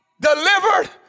delivered